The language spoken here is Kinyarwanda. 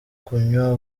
kunywa